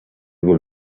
will